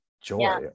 joy